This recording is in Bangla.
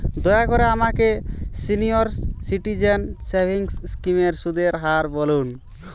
দয়া করে আমাকে সিনিয়র সিটিজেন সেভিংস স্কিমের সুদের হার বলুন